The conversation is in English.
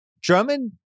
Drummond